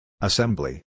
Assembly